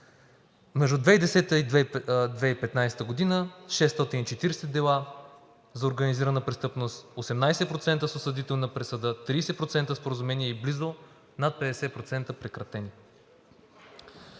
между 2010-а и 2015 г. 640 дела за организирана престъпност, 18% с осъдителна присъда, 30% споразумения и близо над 50% прекратени,